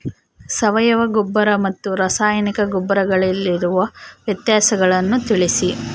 ಸಾವಯವ ಗೊಬ್ಬರ ಮತ್ತು ರಾಸಾಯನಿಕ ಗೊಬ್ಬರಗಳಿಗಿರುವ ವ್ಯತ್ಯಾಸಗಳನ್ನು ತಿಳಿಸಿ?